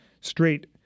straight